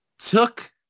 took